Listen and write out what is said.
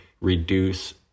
reduce